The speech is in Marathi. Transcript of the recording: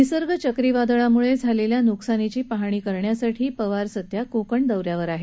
निसर्ग चक्रीवादळामुळे झालेल्या नुकसानीची पाहणी करण्यासाठी पवार सध्या कोकण दौऱ्यावर आहेत